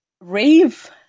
Rave